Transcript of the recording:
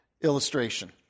illustration